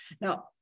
Now